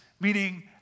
meaning